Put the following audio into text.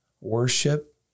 worship